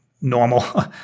normal